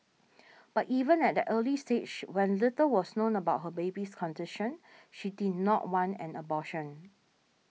but even at that early stage when little was known about her baby's condition she did not want an abortion